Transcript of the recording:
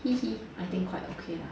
hehe I think quite okay lah